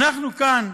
אנחנו כאן,